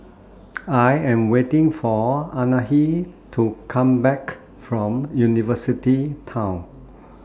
I Am waiting For Anahi to Come Back from University Town